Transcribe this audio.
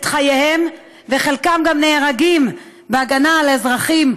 חייהם וחלקם גם נהרגים בהגנה על אזרחים,